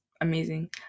Amazing